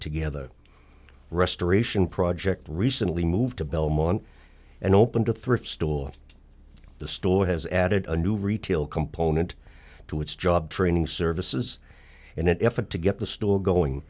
together restoration project recently moved to belmont and opened a thrift store the store has added a new retail component to its job training services in an effort to get the stool going